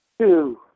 Two